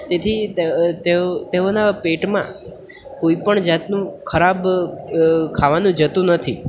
તેથી તેઓ તેઓના પેટમાં કોઈ પણ જાતનું ખરાબ ખાવાનું જતું નથી